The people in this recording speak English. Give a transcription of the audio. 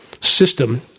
System